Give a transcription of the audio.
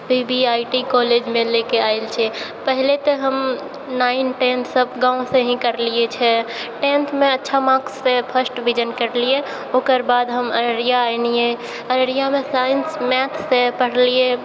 फिर V V I T कॉलेजमे लैके आयल छियै पहिले तऽ हम नाइन टेन्थ सभ गाँवसँ ही करलिये छै टेन्थमे अच्छा मार्क्स रहै फर्स्ट डिवीजन करलियै ओकर बाद हम अररिया एनियै अररियामे साइन्स मैथसँ पढ़लियै